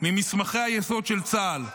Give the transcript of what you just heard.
ממסמכי היסוד של צה"ל.